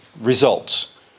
results